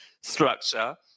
structure